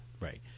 Right